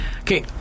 Okay